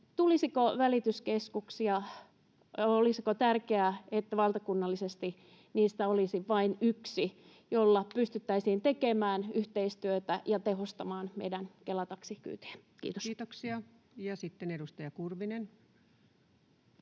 ministeri, välityskeskuksista: Olisiko tärkeää, että valtakunnallisesti niitä olisi vain yksi, jolla pystyttäisiin tekemään yhteistyötä ja tehostamaan meidän Kela-taksikyytejämme? — Kiitos. Kiitoksia. — Ja sitten edustaja Kurvinen.